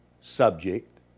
subject